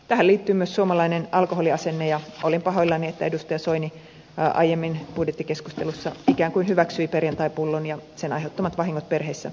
tähän liittyy myös suomalainen alkoholiasenne ja olin pahoillani että edustaja soini aiemmin budjettikeskustelussa ikään kuin hyväksyi perjantaipullon ja sen aiheuttamat vahingot perheissä ympäri suomen